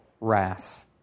wrath